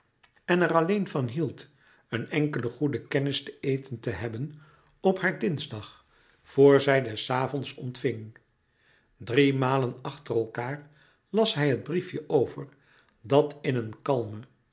en er alleen van hield een enkele goede kennis ten eten te hebben op haar dinsdag vr zij des avonds ontving driemalen achter elkaâr las hij het briefje over dat in een kalmen